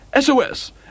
SOS